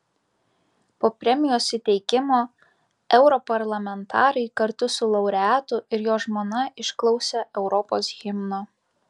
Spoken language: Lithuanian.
po premijos įteikimo europarlamentarai kartu su laureatu ir jo žmona išklausė europos himno